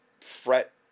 fret